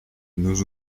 nous